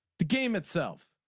the game itself.